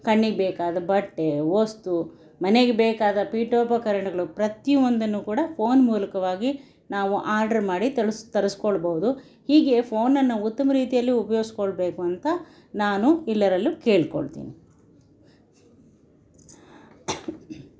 ಕಣ್ಣಿಗೆ ಬೇಕಾದ ಬಟ್ಟೆ ವಸ್ತು ಮನೆಗೆ ಬೇಕಾದ ಪೀಠೋಪಕರಣಗಳು ಪ್ರತಿಯೊಂದನ್ನೂ ಕೂಡ ಫೋನ್ ಮೂಲಕವಾಗಿ ನಾವು ಆರ್ಡ್ರ್ ಮಾಡಿ ತರಿಸಿ ತರಿಸಿಕೊಳ್ಬೋದು ಹೀಗೆ ಫೋನನ್ನು ಉತ್ತಮ ರೀತಿಯಲ್ಲಿ ಉಪಯೋಗಿಸಿಕೊಳ್ಬೇಕು ಅಂತ ನಾನು ಎಲ್ಲರಲ್ಲೂ ಕೇಳಿಕೊಳ್ತೀನಿ